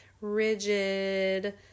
rigid